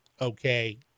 okay